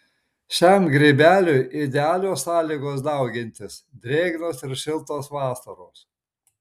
šiam grybeliui idealios sąlygos daugintis drėgnos ir šiltos vasaros